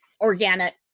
organic